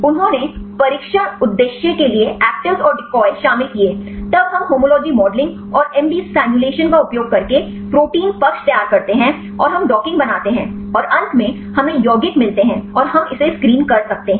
उन्होंने परीक्षण उद्देश्य के लिए एक्टिविज़ और डिकॉय शामिल किए तब हम होमोलोगी मॉडलिंग और एमडी सिमुलेशन का उपयोग करके प्रोटीन पक्ष तैयार करते हैं और हम डॉकिंग बनाते हैं और अंत में हमें यौगिक मिलते हैं और हम इसे स्क्रीन कर सकते हैं